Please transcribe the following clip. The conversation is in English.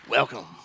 Welcome